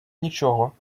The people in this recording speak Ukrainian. нічого